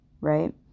right